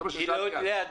זה מה ששאלתי אז.